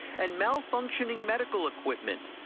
and malfunctioning medical equipment,